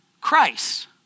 Christ